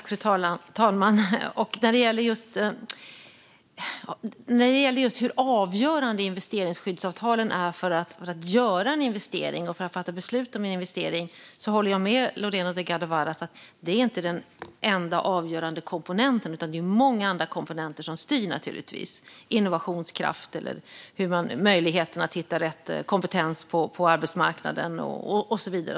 Fru talman! När det gäller just hur avgörande investeringsskyddsavtalen är för att göra en investering och fatta beslut om en sådan håller jag med Lorena Delgado Varas om att detta inte är den enda avgörande komponenten. Det är naturligtvis många andra komponenter som styr: innovationskraft, möjligheten att hitta rätt kompetens på arbetsmarknaden och så vidare.